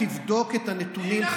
תבדוק את הנתונים.